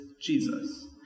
Jesus